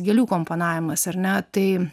gėlių komponavimas ar ne tai